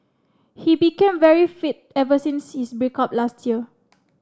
he became very fit ever since his break up last year